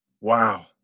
Wow